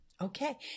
okay